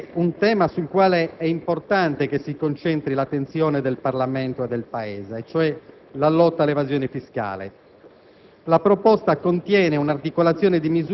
senatore Benvenuto. È un tema sul quale è importante che si concentri l'attenzione del Parlamento e del Paese, vale a dire la lotta all'evasione fiscale.